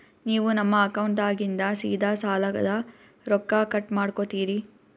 ನೀವು ನಮ್ಮ ಅಕೌಂಟದಾಗಿಂದ ಸೀದಾ ಸಾಲದ ರೊಕ್ಕ ಕಟ್ ಮಾಡ್ಕೋತೀರಿ?